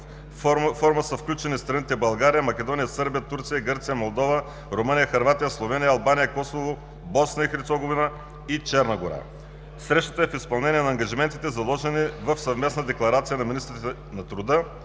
(ПСЮИЕ). Включени са страните България, Македония, Сърбия, Турция, Гърция, Молдова, Румъния, Хърватия, Словения, Албания, Косово, Босна и Херцоговина, Босна и Черна гора. Срещата е в изпълнение на ангажиментите, заложени в съвместна декларация на министрите на труда